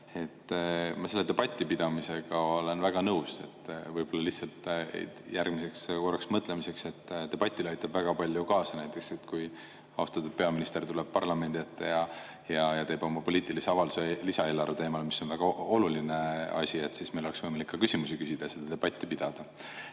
selle debatipidamisega väga nõus. Võib-olla lihtsalt järgmiseks korraks mõtlemiseks, et debatile aitab väga palju kaasa see, et kui austatud peaminister tuleb parlamendi ette ja teeb poliitilise avalduse lisaeelarve teemal, mis on väga oluline asi, siis meil oleks võimalik ka küsimusi esitada ja debatti pidada.